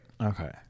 Okay